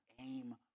aim